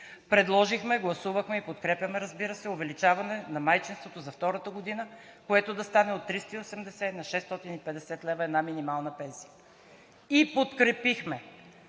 Предложихме, гласувахме и подкрепяме, разбира се, увеличаване на майчинството за втората година, което да стане от 380 на 650 лв., една минимална пенсия. И подкрепихме